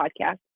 podcast